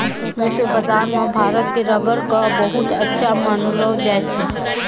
विश्व बाजार मॅ भारत के रबर कॅ बहुत अच्छा मानलो जाय छै